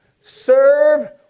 serve